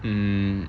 mm